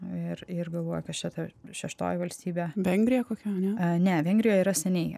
ir ir galvoja kas čia šeštoji valstybė vengrija kokia ne ne vengrija yra seniai